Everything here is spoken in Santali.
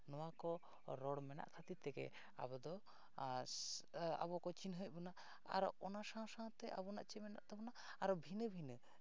ᱱᱚᱣᱟ ᱠᱚ ᱨᱚᱲ ᱢᱮᱱᱟᱜ ᱠᱷᱟᱹᱛᱤᱨ ᱛᱮᱜᱮ ᱟᱵᱚ ᱫᱚ ᱟᱵᱚ ᱠᱚ ᱪᱤᱱᱦᱟᱹᱣᱮᱫ ᱵᱚᱱᱟ ᱟᱨᱚ ᱚᱱᱟ ᱥᱟᱶᱼᱥᱟᱶᱛᱮ ᱟᱵᱚᱱᱟᱜ ᱪᱮᱫ ᱢᱮᱱᱟᱜ ᱛᱟᱵᱚᱱᱟ ᱟᱨᱚ ᱵᱷᱤᱱᱟᱹ ᱵᱷᱤᱱᱟᱹ